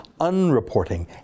unreporting